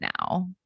now